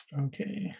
Okay